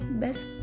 best